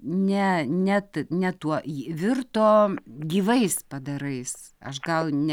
ne net ne tuo ji virto gyvais padarais aš gal ne